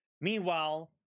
Meanwhile